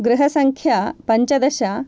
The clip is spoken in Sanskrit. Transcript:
गृहसङ्ख्या पञ्चदश